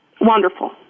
wonderful